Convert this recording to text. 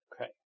okay